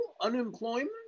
unemployment